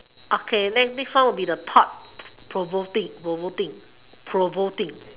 okay then next one will be the thought provoking provoking provoking